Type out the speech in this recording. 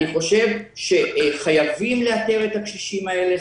אני חושב שחייבים לאתר את הקשישים האלה,